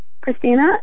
Christina